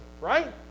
right